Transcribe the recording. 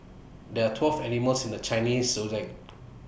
there are twelve animals in the Chinese Zodiac